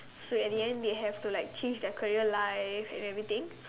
so at the end they had to like change their career life and everything